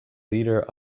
leader